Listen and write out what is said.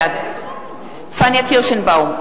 בעד פניה קירשנבאום,